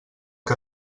que